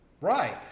right